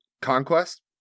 conquest